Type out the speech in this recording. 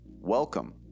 Welcome